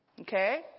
Okay